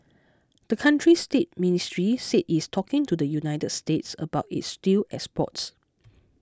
the country's date ministry said it is talking to the United States about its steel exports